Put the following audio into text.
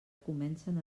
comencen